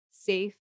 safe